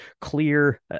clear